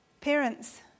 Parents